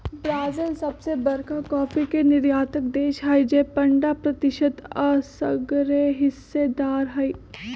Brazil सबसे बरका coffee के निर्यातक देश हई जे पंडह प्रतिशत असगरेहिस्सेदार हई